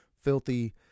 filthy